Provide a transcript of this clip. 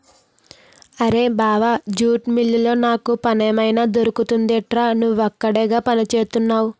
అరేయ్ బావా జూట్ మిల్లులో నాకు పనేమైనా దొరుకుతుందెట్రా? నువ్వక్కడేగా పనిచేత్తున్నవు